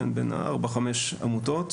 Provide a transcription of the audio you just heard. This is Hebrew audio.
בין ארבע-חמש עמותות.